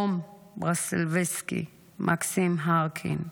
רום ברסלבסקי, מקסים הרקין,